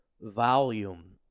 volume